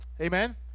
Amen